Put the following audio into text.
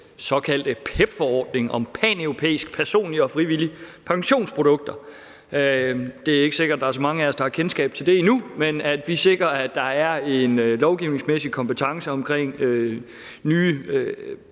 såkaldte PEPP-forordning om paneuropæiske personlige og frivillige pensionsprodukter. Det er ikke sikkert, der er så mange af os, der har kendskab til det endnu, men vi sikrer, at der er en lovgivningsmæssig kompetence i forbindelse